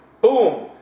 boom